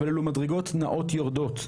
אבל אלה מדרגות נעות יורדות.